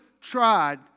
tried